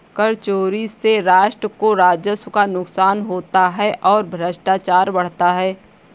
कर चोरी से राष्ट्र को राजस्व का नुकसान होता है और भ्रष्टाचार बढ़ता है